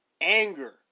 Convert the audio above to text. anger